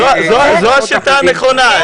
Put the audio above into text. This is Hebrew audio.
זו השיטה הנכונה.